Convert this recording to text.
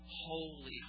holy